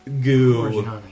goo